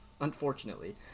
unfortunately